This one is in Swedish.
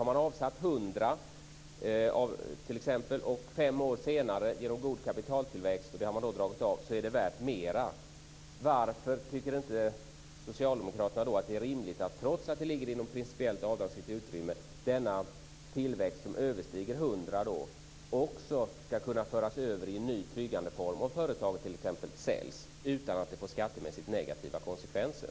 Har man avsatt 100 kr och det fem år senare genom god kapitaltillväxt, och det har man dragit av, är värt mera, varför tycker inte socialdemokraterna att det är rimligt, trots att det ligger inom principiellt avdragsgillt utrymme, att den tillväxt som överstiger 100 kr också skall kunna föras över i en ny tryggandeform om företaget t.ex. säljs utan att det får skattemässigt negativa konsekvenser?